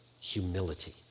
humility